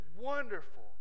wonderful